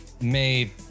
made